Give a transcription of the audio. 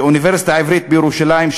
באוניברסיטה העברית בירושלים,